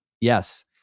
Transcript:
yes